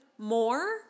More